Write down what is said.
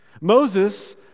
Moses